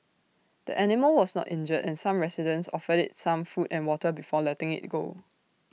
the animal was not injured and some residents offered IT some food and water before letting IT go